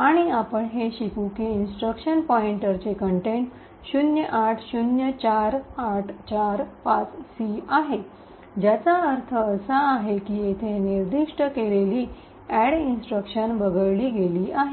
आणि आपण हे शिकू की इंस्ट्रक्शन पॉईंटरचे कंटेंट 0804845सी आहे ज्याचा अर्थ असा आहे की येथे निर्दिष्ट केलेली add इंस्ट्रक्शन वगळली गेली आहे